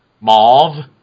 Mauve